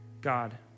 God